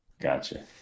Gotcha